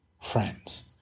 friends